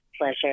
pleasure